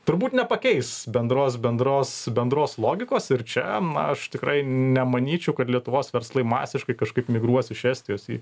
turbūt nepakeis bendros bendros bendros logikos ir čia aš tikrai nemanyčiau kad lietuvos verslai masiškai kažkaip migruos iš estijos į